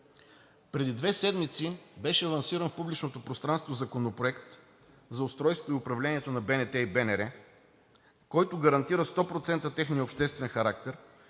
Преди две седмици беше лансиран в публичното пространство Законопроект за устройството и управлението на БНТ и БНР, който гарантира 100% техния обществен характер,